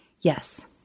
Yes